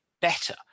better